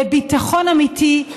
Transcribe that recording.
לביטחון אמיתי,